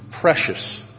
precious